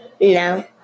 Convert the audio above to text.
No